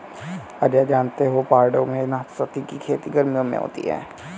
अजय जानते हो पहाड़ों में नाशपाती की खेती गर्मियों में होती है